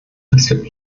gibt